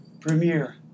Premiere